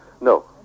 No